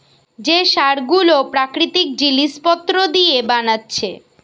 যে সার গুলো প্রাকৃতিক জিলিস পত্র দিয়ে বানাচ্ছে